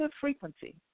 frequency